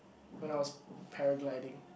when I was paragliding